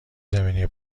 زمینی